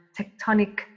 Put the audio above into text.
tectonic